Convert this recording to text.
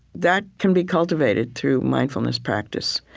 that can be cultivated through mindfulness practice.